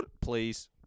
Please